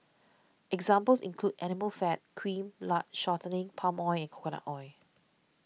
examples include animal fat cream lard shortening palm oil and coconut oil